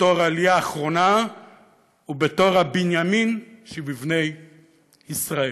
בתור העלייה האחרונה ובתור הבנימין שבבני ישראל.